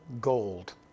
gold